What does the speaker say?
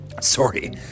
Sorry